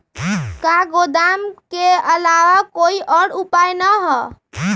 का गोदाम के आलावा कोई और उपाय न ह?